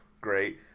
great